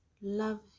Love